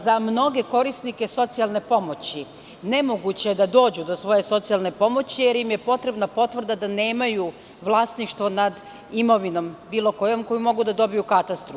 Za mnoge korisnike socijalne pomoći nemoguće je da dođu do svoje socijalne pomoći, jer im je potrebna potvrda da nemaju vlasništvo nad imovinom bilo kojom koju mogu da dobiju u katastru.